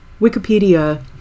Wikipedia